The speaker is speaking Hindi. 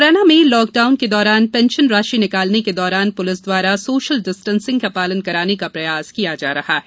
मुरैना में लॉकडाउन के दौरान पेंशन राशि निकालने के दौरान पुलिस द्वारा सोशल डिस्टेंसिंग का पालन कराने का प्रयास किया जा रहा है